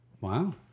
Wow